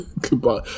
goodbye